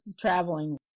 traveling